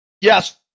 Yes